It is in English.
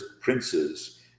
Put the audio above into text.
princes